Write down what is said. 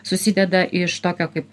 susideda iš tokio kaip